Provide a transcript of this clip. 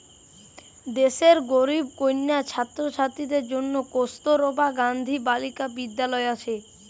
দেশের গরিব কন্যা ছাত্রীদের জন্যে কস্তুরবা গান্ধী বালিকা বিদ্যালয় আছে